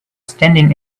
standing